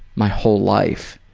my whole life.